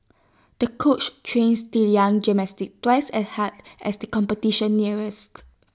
the coach trains the young gymnast twice as hard as the competition nearest